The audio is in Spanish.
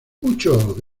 muchos